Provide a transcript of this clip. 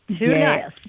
Yes